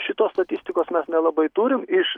šitos statistikos mes nelabai turim iš